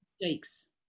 mistakes